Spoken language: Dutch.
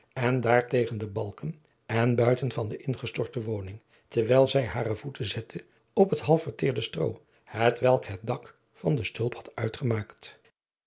en daar tegen de balken en binten van de ingestorte woning terwijl zij hare voeten zette op het half verteerde stroo hetwelk het dak van de stulp had uitgemaakt